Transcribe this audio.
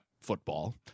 football